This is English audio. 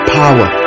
power